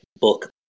book